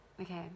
Okay